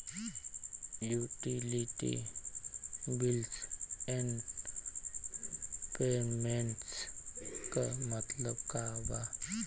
Utility bills and payments क मतलब का बा?